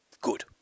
Good